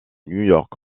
york